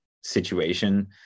situation